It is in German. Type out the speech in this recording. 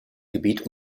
gebiet